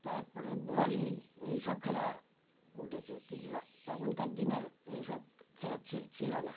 তার পরে ভলি এই সব খেলা উঠেছে কিন্তু তখনকার দিনে এইসব খেলা ছিল না